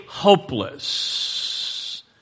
Hopeless